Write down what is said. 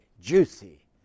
juicy